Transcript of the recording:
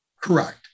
Correct